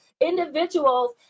individuals